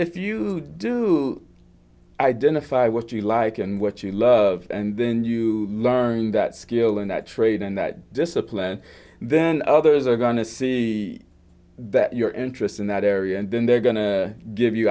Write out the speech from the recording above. if you do identify what you like and what you love and then you learn that skill and that trade and that discipline then others are going to see that your interest in that area and then they're going to give you